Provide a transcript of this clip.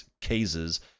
Cases